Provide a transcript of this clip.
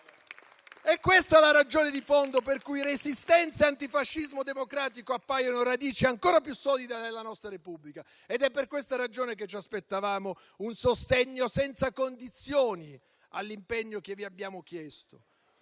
Questa è la ragione di fondo per cui Resistenza e antifascismo democratico appaiono radici ancora più solide della nostra Repubblica ed è per questa ragione che ci aspettavamo un sostegno senza condizioni all'impegno che vi abbiamo chiesto.